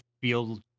feel